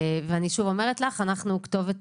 אני שוב אומרת לך: אנחנו כתובת